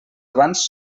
abans